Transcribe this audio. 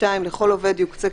לכל עובד יוקצה,